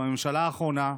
בממשלה האחרונה,